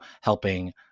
helping